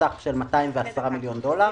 סך של 210 מיליון דולר.